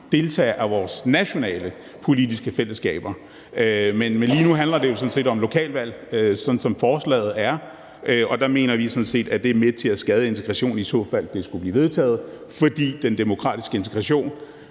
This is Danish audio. deltage i vores nationale politiske fællesskaber. Men lige nu handler det jo, sådan som forslaget er, om lokalvalg, og der mener vi sådan set, at det er med til at skade integrationen, i så fald det skulle blive vedtaget, fordi den demokratiske integration